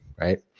right